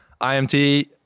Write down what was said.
IMT